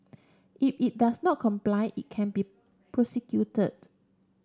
if it does not comply it can be prosecuted